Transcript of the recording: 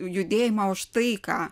judėjimą už taiką